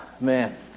Man